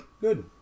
Good